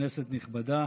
כנסת נכבדה,